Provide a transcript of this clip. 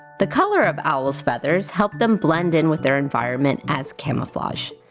the color of owls' feathers help them blend in with their environment as camouflage.